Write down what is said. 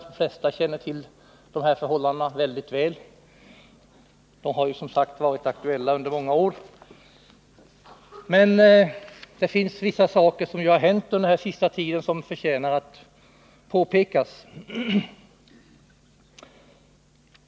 De flesta känner till förhållandena väl — de har som sagt varit aktuella under många år — men det har hänt vissa saker under den senaste tiden som förtjänar att påpekas.